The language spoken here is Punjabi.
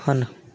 ਹਨ